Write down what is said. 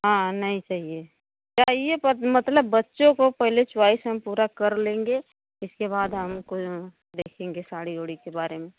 हाँ नहीं चाहिये चाहिये पर मतलब बच्चों को पहले च्वाइस हम पूरा कर लेंगे इसके बाद हम कोई देखेंगे साड़ी वाड़ी के बारे में